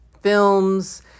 films